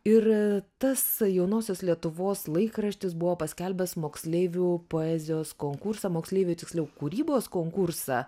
ir tas jaunosios lietuvos laikraštis buvo paskelbęs moksleivių poezijos konkursą moksleivių tiksliau kūrybos konkursą